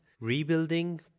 rebuilding